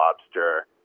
lobster